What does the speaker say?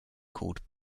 called